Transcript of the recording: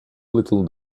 little